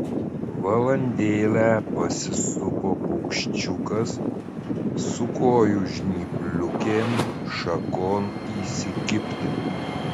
valandėlę pasisupo paukščiukas su kojų žnypliukėm šakon įsikibti